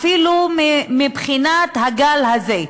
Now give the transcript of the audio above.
אפילו מבחינת גל האלימות הזה,